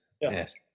Yes